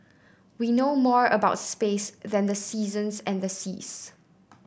we know more about space than the seasons and the seas